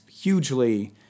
hugely